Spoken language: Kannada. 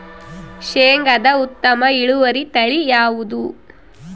ಶೇಂಗಾದ ಉತ್ತಮ ಇಳುವರಿ ತಳಿ ಯಾವುದು?